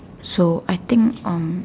so I think um